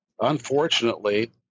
unfortunately